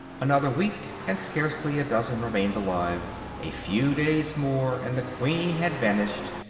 another week, and scarcely a dozen remained alive a few days more, and the queen had vanished,